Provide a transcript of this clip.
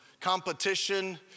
competition